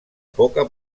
poca